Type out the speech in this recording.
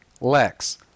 Lex